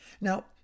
Now